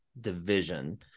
Division